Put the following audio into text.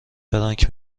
فرانک